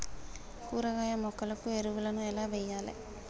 కూరగాయ మొక్కలకు ఎరువులను ఎలా వెయ్యాలే?